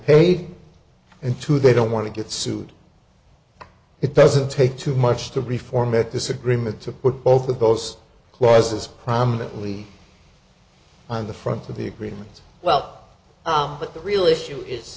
paid and two they don't want to get sued it doesn't take too much to reformat this agreement to put both of those clauses prominently on the front of the agreement well but the real issue is